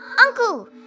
Uncle